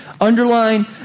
Underline